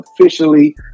officially